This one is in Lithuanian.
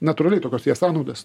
natūraliai tokios sąnaudas